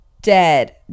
dead